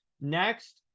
Next